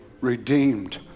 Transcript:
Redeemed